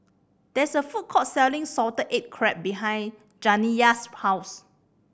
there is a food court selling salted egg crab behind Janiya's house